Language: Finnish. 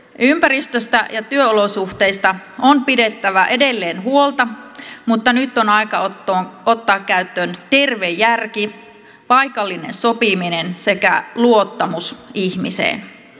ympäristöstä ja työolosuhteista on pidettävä edelleen huolta mutta nyt on aika ottaa käyttöön terve järki paikallinen sopiminen sekä luottamus ihmiseen